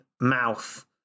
mouth